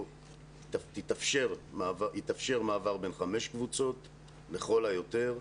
יתאפשר מעבר בין חמש קבוצות לכל היותר.